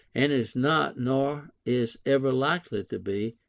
and is not, nor is ever likely to be,